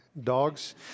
Dogs